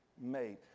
made